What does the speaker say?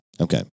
Okay